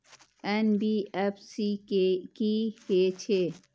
NBFC की हे छे?